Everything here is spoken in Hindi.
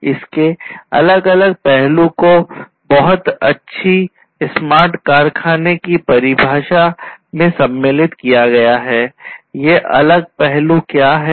" इसके अलग अलग पहलू को इस बहुत अच्छी स्मार्ट कारखाने की परिभाषा में सम्मिलित किया गया है ये अलग हैं पहलु क्या हैं